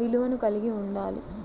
విలువను కలిగి ఉండాలి